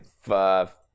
five